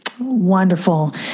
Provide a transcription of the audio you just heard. Wonderful